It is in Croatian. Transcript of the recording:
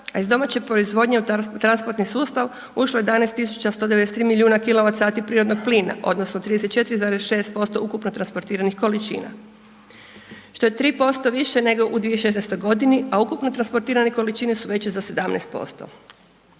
a iz domaće proizvodnje u transportirani sustav ušlo je 11 tisuća 193. milijuna kilovacati prirodnog plina, odnosno 34,6% ukupno transportiranih količina što je 3% više nego u 2016. godini a ukupno transportirane količine su veće za 17%.